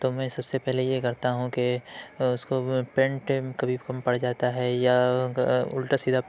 تو میں سب سے پہلے یہ کرتا ہوں کہ اُس کو وہ پینٹ کبھی کم پڑ جاتا ہے یا اُلٹا سیدھا